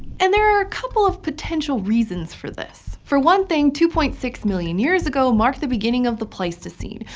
and there are a couple of potential reasons for this. for one thing, two point six million years ago marked the beginning of the pleistocene,